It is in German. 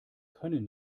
können